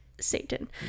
Satan